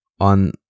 on